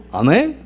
amen